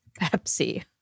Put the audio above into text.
Pepsi